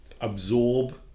absorb